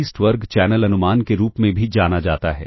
least वर्ग channel अनुमान के रूप में भी जाना जाता है